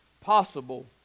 possible